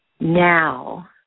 Now